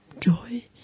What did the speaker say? joy